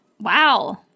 Wow